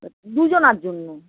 দুজনার জন্য